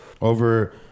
Over